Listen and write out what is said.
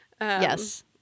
yes